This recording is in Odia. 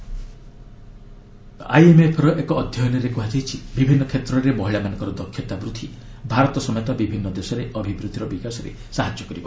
I MF gender diversity IMF ର ଏକ ଅଧ୍ୟୟନରେ କୁହାଯାଇଛି ବିଭିନ୍ନ କ୍ଷେତ୍ରରେ ମହିଳାମାନଙ୍କ ଦକ୍ଷତା ବୃଦ୍ଧି ଭାରତ ସମେତ ବିଭିନ୍ନ ଦେଶରେ ଅଭିବୃଦ୍ଧିର ବିକାଶରେ ସାହାଯ୍ୟ କରିବ